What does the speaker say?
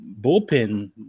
bullpen